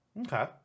Okay